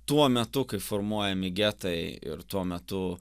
tuo metu kai formuojami getai ir tuo metu